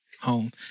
Home